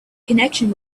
connection